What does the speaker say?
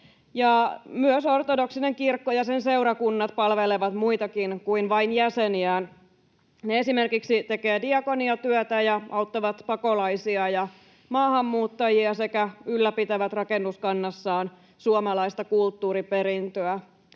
Myös ortodoksinen kirkko ja sen seurakunnat palvelevat muitakin kuin vain jäseniään. Ne esimerkiksi tekevät diakoniatyötä ja auttavat pakolaisia ja maahanmuuttajia sekä ylläpitävät rakennuskannassaan suomalaista kulttuuriperintöä.